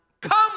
come